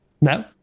No